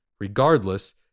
Regardless